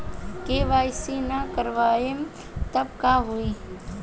KYC ना करवाएम तब का होई?